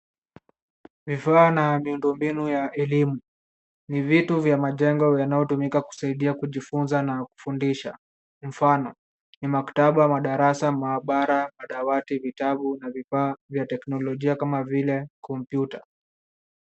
Vifaa na miundombinu ya elimu ni vitu vya majengo vinavyotumika kusaidia kujifunza na kufundisha. Mfano ni maktaba, madarasa, maabara, madawati, vitabu na vifaa vya teknolojia kama vile komputa.